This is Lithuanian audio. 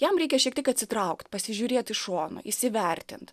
jam reikia šiek tiek atsitraukt pasižiūrėt iš šono įsivertint